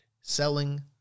selling